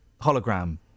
Hologram